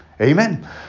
Amen